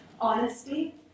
honesty